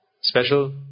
special